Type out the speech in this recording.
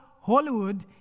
hollywood